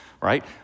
right